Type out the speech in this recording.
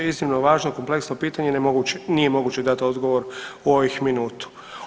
Iznimno važno kompleksno pitanje, nije moguće dati odgovor u ovih minutu.